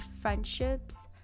friendships